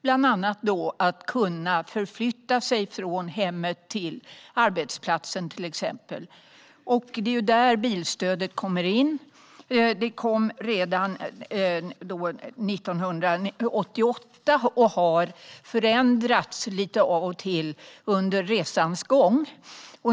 Man ska bland annat kunna förflytta sig från hemmet till exempel till sin arbetsplats. Det är där bilstödet kommer in. Det kom redan 1988 och har förändrats lite av och till under resans gång.